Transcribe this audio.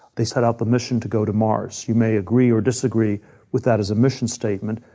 they set out the mission to go to mars. you may agree or disagree with that as a mission statement,